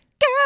girl